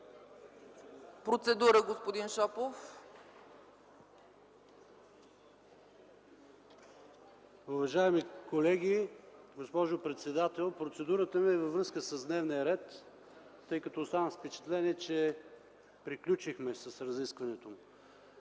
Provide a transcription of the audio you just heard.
процедура – господин Шопов. ПАВЕЛ ШОПОВ (Атака): Уважаеми колеги, госпожо председател! Процедурата ми е във връзка с дневния ред, тъй като оставам с впечатление, че приключихме с разискването.